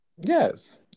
Yes